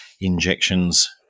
injections